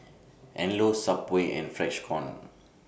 Anello Subway and Freshkon